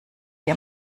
sie